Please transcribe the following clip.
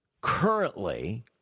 currently